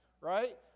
right